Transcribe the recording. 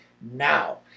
Now